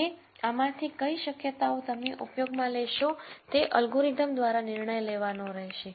હવે આમાંથી કઈ શક્યતાઓ તમે ઉપયોગમાં લેશો તે અલ્ગોરિધમ દ્વારા નિર્ણય લેવાનો રહેશે